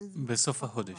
בסוף החודש.